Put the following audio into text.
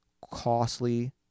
costly